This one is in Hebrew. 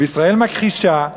וישראל מכחישה.